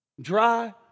Dry